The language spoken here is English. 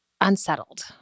unsettled